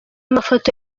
mafoto